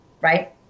right